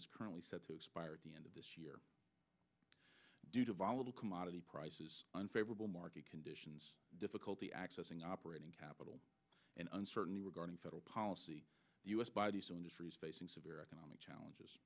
is currently set to expire at the end of this year due to volatile commodity prices unfavorable market conditions difficulty accessing operating capital and uncertainty regarding federal policy u s biodiesel industries facing severe economic challenges